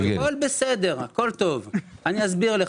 אסביר לך.